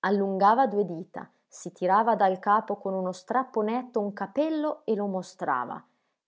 allungava due dita si tirava dal capo con uno strappo netto un capello e lo mostrava